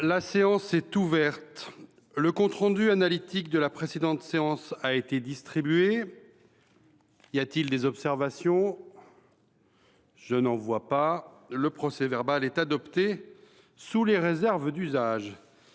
La séance est ouverte. Le compte rendu analytique de la précédente séance a été distribué. Il n’y a pas d’observation ?… Le procès verbal est adopté sous les réserves d’usage.